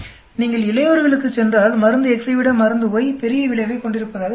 நீங்கள் இளையவர்களுக்குச் சென்றால் மருந்து X ஐ விட மருந்து Y பெரிய விளைவைக் கொண்டிருப்பதாகத் தெரிகிறது